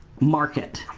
market,